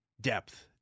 Depth